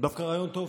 דווקא רעיון טוב.